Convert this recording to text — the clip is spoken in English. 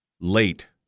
late